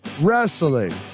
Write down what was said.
wrestling